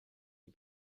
les